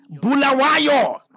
Bulawayo